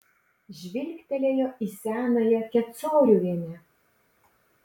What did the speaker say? žvilgtelėjo į senąją kecoriuvienę